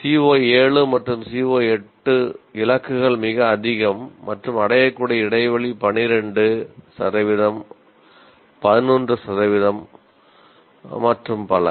CO 7 மற்றும் CO 8 இலக்குகள் மிக அதிகம் மற்றும் அடையக்கூடிய இடைவெளி 12 சதவீதம் 11 சதவீதம் மற்றும் பல